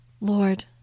Lord